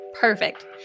Perfect